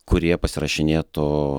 kurie pasirašinėtų